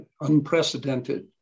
unprecedented